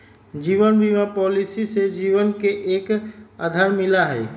जीवन बीमा पॉलिसी से जीवन के एक आधार मिला हई